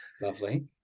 Lovely